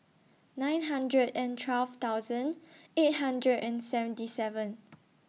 nine hundred and twelve thousand eight hundred and seventy seven